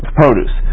produce